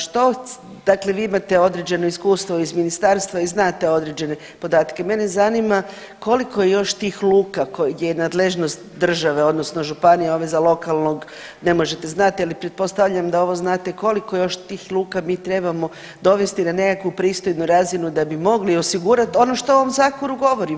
Što, dakle vi imate određeno iskustvo iz ministarstva i znate određene podatke, mene zanima koliko je još tih luka koje je nadležnost države odnosno županije ove za lokalnog ne možete znat, ali pretpostavljam da ovo znate, koliko još tih luka mi trebamo dovesti na nekakvu pristojnu razinu da bi mogli osigurat ono što u ovom zakonu govorimo.